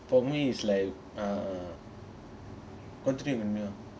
for me it's like uh how to